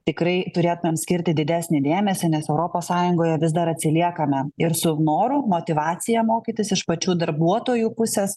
tikrai turėtumėm skirti didesnį dėmesį nes europos sąjungoje vis dar atsiliekame ir su noru motyvacija mokytis iš pačių darbuotojų pusės